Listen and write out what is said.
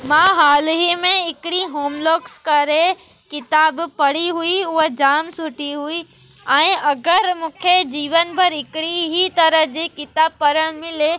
मां हालु ई में हिकिड़ी होम लुक्स करे किताबु पढ़ी हुई उहा जाम सुठी हुई ऐं अगरि मूंखे जीवन भर हिकिड़ी ई तरह जी किताब पढ़णु मिले